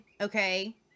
Okay